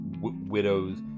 widows